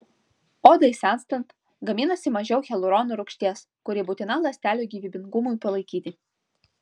odai senstant gaminasi mažiau hialurono rūgšties kuri būtina ląstelių gyvybingumui palaikyti